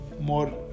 more